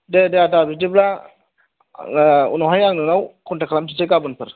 दे दे आदा बिदिब्ला आङो उनावहाय आं नोंनाव कनटेक्ट खालामफिनसै गाबोनफोर